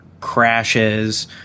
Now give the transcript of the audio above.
Crashes